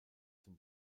zum